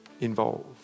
involved